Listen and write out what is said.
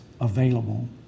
available